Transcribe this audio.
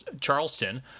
Charleston